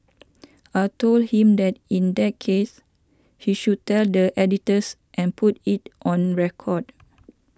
I told him that in that case he should tell the editors and put it on record